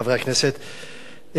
חברי הכנסת,